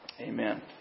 Amen